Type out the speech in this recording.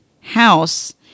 house